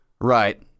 Right